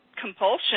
compulsion